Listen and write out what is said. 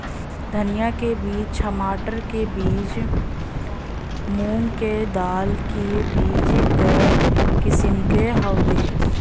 धनिया के बीज, छमाटर के बीज, मूंग क दाल ई बीज क किसिम हउवे